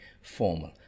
formal